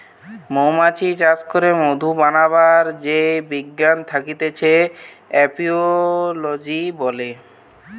মৌমাছি চাষ করে মধু বানাবার যেই বিজ্ঞান থাকতিছে এপিওলোজি বলে